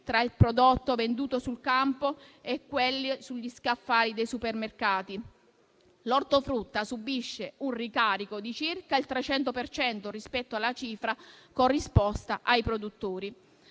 tra il prodotto venduto sul campo e quelli sugli scaffali dei supermercati. L'ortofrutta subisce un ricarico di circa il 300 per cento rispetto alla cifra corrisposta ai produttori.